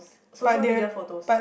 social media photos